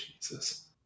Jesus